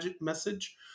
message